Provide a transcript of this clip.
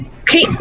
Okay